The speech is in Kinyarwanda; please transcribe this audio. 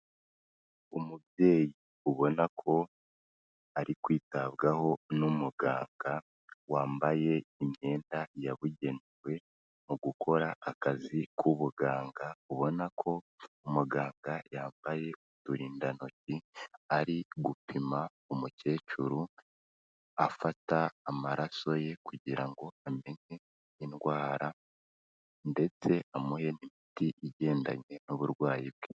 Umubyeyi ubona ko ari kwitabwaho n'umuganga wambaye imyenda yabugenewe mu gukora akazi k'ubuganga, ubona ko umuganga yambaye uturindantoki ari gupima umukecuru, afata amaraso ye kugira ngo amenye indwara ndetse amuhe n'imiti igendanye n'uburwayi bwe.